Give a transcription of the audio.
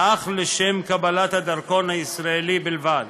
אך לשם קבלת הדרכון הישראלי בלבד.